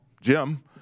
Jim